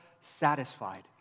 satisfied